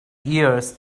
years